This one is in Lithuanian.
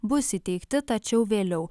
bus įteikti tačiau vėliau